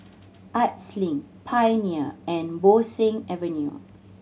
Arts Link Pioneer and Bo Seng Avenue